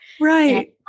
Right